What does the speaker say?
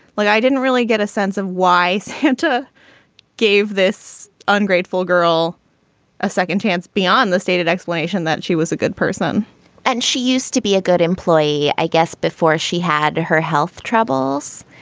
look i didn't really get a sense of why santa gave this ungrateful girl a second chance beyond the stated explanation that she was a good person and she used to be a good employee i guess before she had her health troubles.